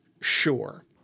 Sure